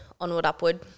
onward-upward